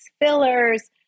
fillers